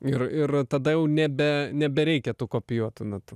ir ir tada jau nebe nebereikia tų kopijuotų natų